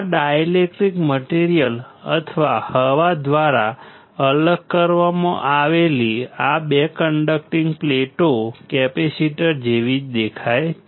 આ dielectric material અથવા હવા દ્વારા અલગ કરવામાં આવેલી આ 2 કંડક્ટિંગ પ્લેટો કેપેસિટર જેવી જ દેખાય છે